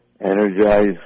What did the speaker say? energize